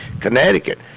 Connecticut